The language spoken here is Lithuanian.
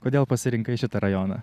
kodėl pasirinkai šitą rajoną